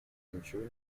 ничего